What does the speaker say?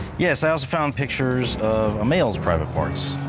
yes, i also found pictures of a male's private parts.